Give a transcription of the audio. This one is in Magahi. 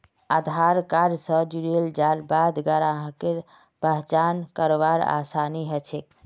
आधार कार्ड स जुड़ेल जाल बाद ग्राहकेर पहचान करवार आसानी ह छेक